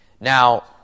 Now